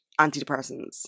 antidepressants